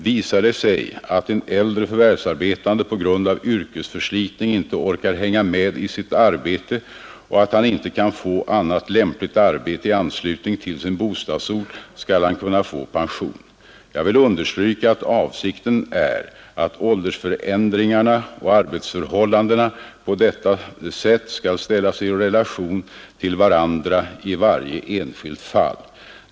Visar det sig att en äldre förvärvsarbetande på grund av yrkesförslitning inte orkar hänga med i sitt arbete och att han inte kan få annat lämpligt arbete i anslutning till sin bostadsort skall han kunna få pension. Jag vill understryka att avsikten är att åldersförändringarna och arbetsförhållandena på detta sätt skall ställas i relation till varandra i varje enskilt fall.